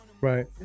Right